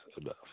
Enough